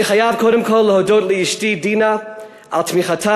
אני חייב קודם כול להודות לאשתי דינה על תמיכתה